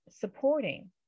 supporting